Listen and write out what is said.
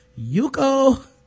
Yuko